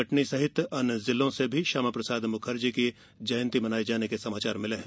कटनी सहित प्रदेश के अन्य जिलों से भी श्यामाप्रसाद मुखर्जी की जयंती मनाने के समाचार मिले हैं